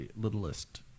littlest